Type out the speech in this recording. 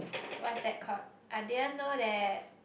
what's that called I didn't know that